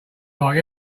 like